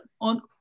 on